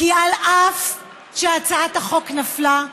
כי אף שהצעת החוק נפלה,